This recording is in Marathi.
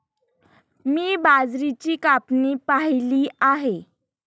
मी बाजरीची कापणी पाहिली आहे